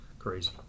crazy